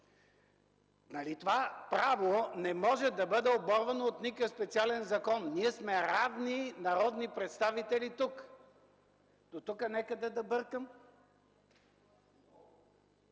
това право не може да бъде оборвано от никакъв специален закон – ние тук сме равни народни представители? Дотук някъде да бъркам?